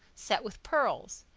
set with pearls.